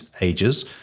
ages